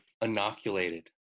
inoculated